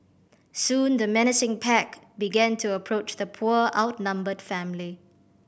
soon the menacing pack began to approach the poor outnumbered family